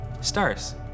Stars